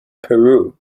peru